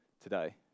today